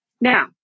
Now